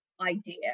idea